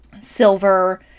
silver